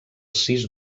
sis